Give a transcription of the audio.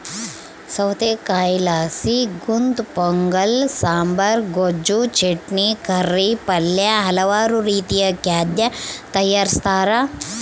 ಸೌತೆಕಾಯಿಲಾಸಿ ಗುಂತಪೊಂಗಲ ಸಾಂಬಾರ್, ಗೊಜ್ಜು, ಚಟ್ನಿ, ಕರಿ, ಪಲ್ಯ ಹಲವಾರು ರೀತಿಯ ಖಾದ್ಯ ತಯಾರಿಸ್ತಾರ